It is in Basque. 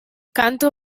kantu